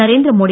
Narendra Modi